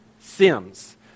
Sims